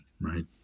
right